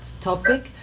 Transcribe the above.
topic